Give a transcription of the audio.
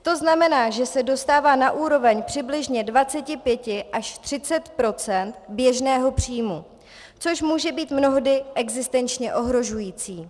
To znamená, že se dostává na úroveň přibližně 25 až 30 % běžného příjmu, což může být mnohdy existenčně ohrožující.